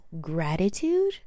gratitude